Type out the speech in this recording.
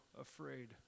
afraid